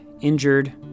injured